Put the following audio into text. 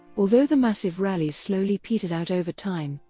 although the massive rallies slowly petered out over time,